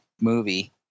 movie